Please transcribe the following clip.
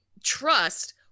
trust